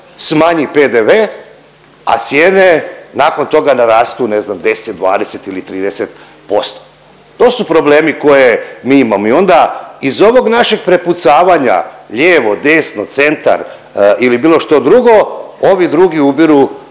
smanji PDV, a cijene nakon toga narastu ne znam 10, 20 ili 30%. To su problemi koje mi imamo i onda iz ovog našeg prepucavanja lijevo, desno, centar ili bilo što drugo, ovi drugi ubiru,